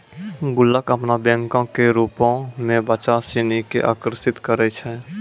गुल्लक अपनो बैंको के रुपो मे बच्चा सिनी के आकर्षित करै छै